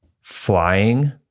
Flying